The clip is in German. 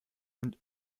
und